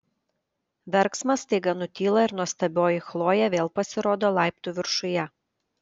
verksmas staiga nutyla ir nuostabioji chlojė vėl pasirodo laiptų viršuje